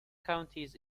counties